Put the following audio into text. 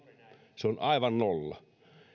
on aivan nolla